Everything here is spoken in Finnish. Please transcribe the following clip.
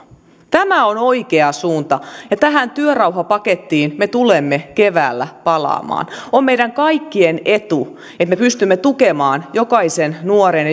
tämä on oikea suunta ja tähän työrauhapakettiin me tulemme keväällä palaamaan on meidän kaikkien etu että me pystymme tukemaan jokaisen nuoren